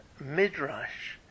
midrash